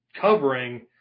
covering